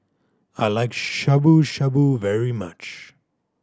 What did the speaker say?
I like Shabu Shabu very much